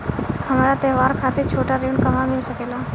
हमरा त्योहार खातिर छोटा ऋण कहवा मिल सकेला?